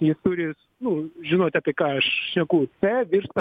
jis turi nu žinoti apie ką aš šneku c virsta